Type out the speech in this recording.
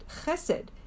chesed